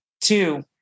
Two